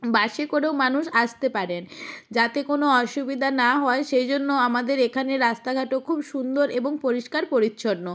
বাসে করেও মানুষ আসতে পারেন যাতে কোনও অসুবিধা না হয় সেই জন্য আমাদের এখানে রাস্তাঘাটও খুব সুন্দর এবং পরিষ্কার পরিচ্ছন্ন